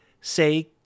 say